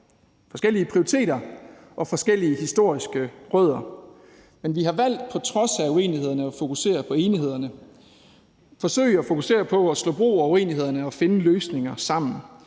forskellige prioriteter og forskellige historiske rødder, men vi har på trods af uenighederne valgt at fokusere på enighederne og at forsøge at fokusere på at slå bro over uenighederne og finde løsninger sammen,